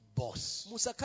boss